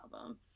album